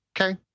okay